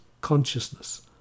consciousness